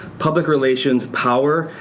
public relations, power,